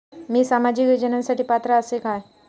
मी सामाजिक योजनांसाठी पात्र असय काय?